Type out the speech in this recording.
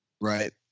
Right